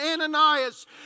Ananias